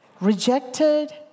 rejected